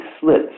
slits